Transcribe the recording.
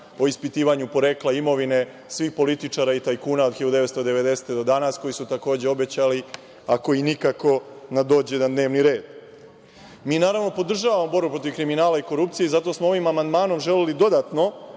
o ispitivanju porekla imovine svih političara i tajkuna od 1990. godine do danas, koji su takođe obećali, ako i nikako, da dođe na dnevni red. Naravno, mi podržavamo borbu protiv kriminala i korupcije i zato smo ovim amandmanom želeli dodatno